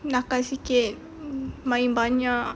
nakal sikit main banyak